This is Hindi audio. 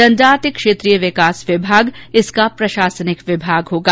जनजाति क्षेत्रीय विकास विभाग इसका प्रशासनिक विभाग होगा